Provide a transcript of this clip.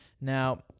Now